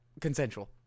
Consensual